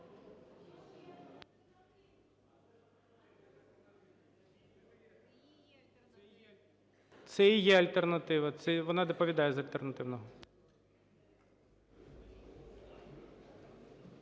Це і є альтернатива, це вона доповідає з альтернативним.